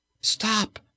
Stop